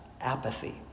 apathy